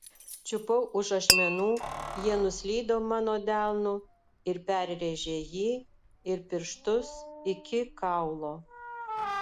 čiupau už ašmenų jie nuslydo mano delnu ir perrėžė jį ir pirštus iki kaulo